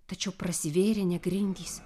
tačiau prasivėrė ne grindys